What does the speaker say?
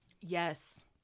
Yes